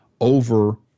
over